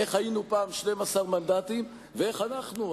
איך היינו פעם 12 מנדטים ואיך אנחנו,